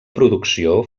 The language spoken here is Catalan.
producció